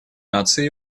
наций